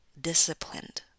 disciplined